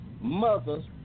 mothers